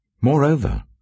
Moreover